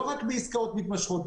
לא רק בעסקאות מתמשכות,